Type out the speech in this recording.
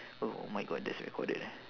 oh my god that's recorded eh